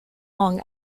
long